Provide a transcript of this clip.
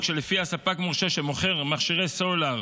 שלפיה ספק מורשה שמוכר מכשירי סלולר